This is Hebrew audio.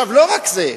עכשיו לא רק זה,